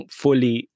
fully